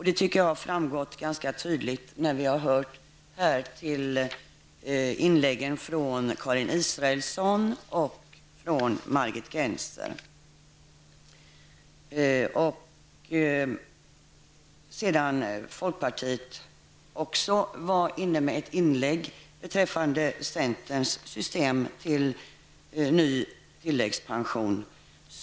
Det tycker jag har framgått ganska tydligt när vi här har hört inläggen av Karin Israelsson och Margit Gennser. Även från folkpartihåll gjordes ett inlägg beträffande centerns system till ny tilläggspension.